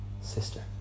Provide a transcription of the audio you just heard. Sister